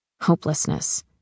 hopelessness